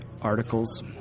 articles